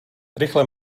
rychle